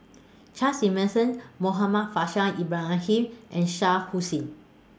Charles Emmerson Muhammad Faishal Ibrahim and Shah Hussain